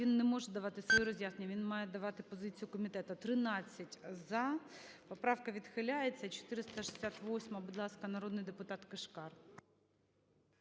Він не може давати свої роз'яснення, він має давати позицію комітету. 17:15:49 За-13 Поправка відхиляється. 468-а, будь ласка, народний депутат Кишкар.